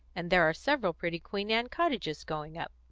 and there are several pretty queen anne cottages going up.